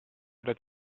that